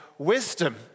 Wisdom